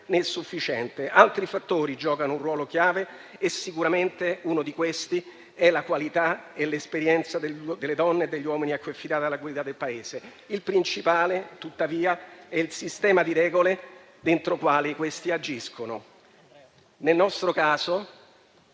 Nel nostro caso